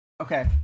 Okay